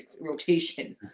rotation